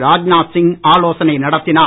ராஜ்நாத் சிங் ஆலோசனை நடத்தினார்